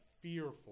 fearful